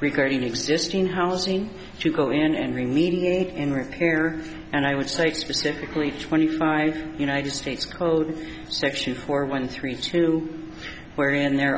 regarding existing housing to go in and remaining in repair and i would say specifically twenty five united states code section four one three two where in there